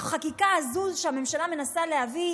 החקיקה הזאת שהממשלה מנסה להביא,